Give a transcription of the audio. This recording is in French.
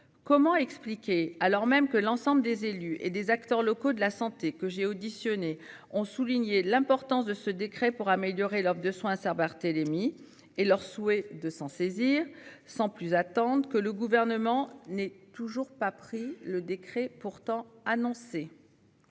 Comment expliquer alors même que l'ensemble des élus et des acteurs locaux de la santé que j'ai auditionnés ont souligné l'importance de ce décret pour améliorer l'offre de soins Barthélémy et leur souhait de s'en saisir. Sans plus attendre que le gouvernement n'est toujours pas pris le décret pourtant annoncé.